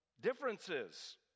differences